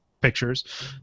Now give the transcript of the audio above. pictures